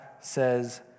says